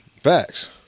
Facts